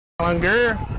Longer